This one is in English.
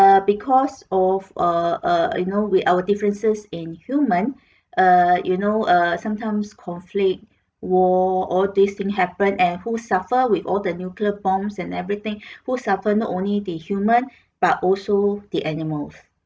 err because of uh uh you know we our differences in human err you know err sometimes conflict war all these thing happened and who suffer with all the nuclear bombs and everything who suffer not only the human but also the animals